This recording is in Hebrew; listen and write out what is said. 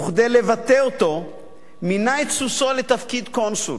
וכדי לבטא אותו מינה את סוסו לתפקיד קונסול.